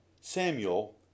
Samuel